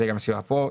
זו גם הסיבה פה.